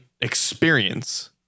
experience